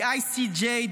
The ICJ,